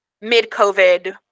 mid-COVID